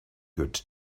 good